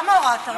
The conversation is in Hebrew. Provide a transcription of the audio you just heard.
למה הורדת אותי?